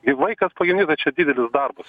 gi vaikas pagimdytas čia didelis darbas